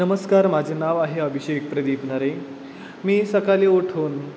नमस्कार माझे नाव आहे अभिषेक प्रदीप नरे मी सकाळी उठून